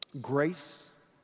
grace